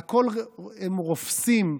הם רופסים,